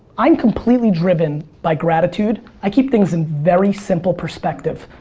i'm completely driven by gratitude. i keep things in very simple perspective.